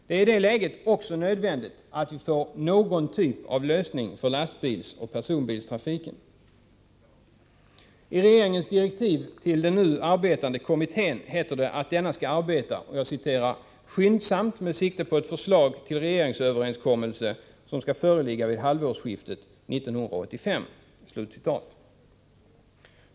Det är i det läget också nödvändigt att vi får någon typ av lösning för lastbilsoch personbilstrafiken. I regeringens direktiv till den nu arbetande kommittén heter det att denna skall arbeta ”skyndsamt med sikte på att förslag till regeringsöverenskommelse skall föreligga vid halvårsskiftet 1985”.